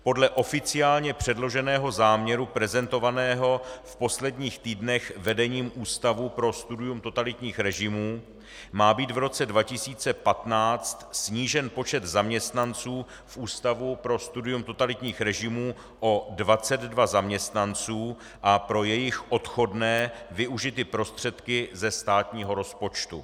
Podle oficiálně předloženého záměru prezentovaného v posledních týdnech vedením Ústavu pro studium totalitních režimů má být v roce 2015 snížen počet zaměstnanců v Ústavu pro studium totalitních režimů o 22 zaměstnanců a pro jejich odchodné využity prostředky ze státního rozpočtu.